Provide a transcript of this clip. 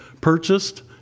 purchased